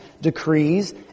decrees